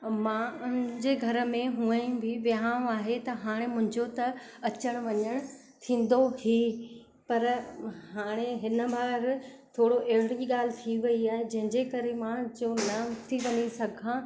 ऐं मुंहिंजे घर में हूअं ई बि विहाउं आहे त हाणे मुंहिंजो त अचणु वञणु थींदो ई पर हाणे हिन बार थोरी अहिड़ी ॻाल्हि थी वई आहे जंहिंजे करे मां जो नथी वञी सघां